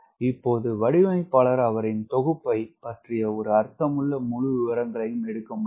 இப்போது வடிவமைப்பாளர் அவரின் தொகுப்பை பற்றிய அர்த்தமுள்ள முழு விவரங்களையும் எடுக்க முடியும்